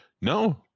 No